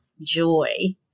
joy